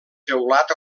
teulat